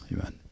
amen